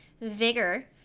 vigor